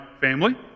family